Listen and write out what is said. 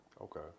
Okay